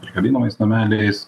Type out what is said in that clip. prikabinamais nameliais